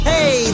Hey